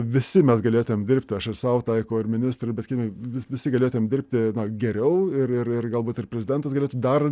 visi mes galėtumėm dirbti aš ir sau taikau ir ministrui bet kitai vis galėtumėm dirbti geriau ir ir galbūt ir prezidentas galėtų dar